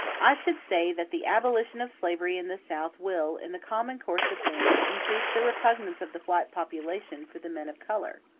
i should say, that the abolition of slavery in the south will, in the common course of things, increase the repugnance of the white population for the men of color.